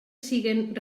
siguen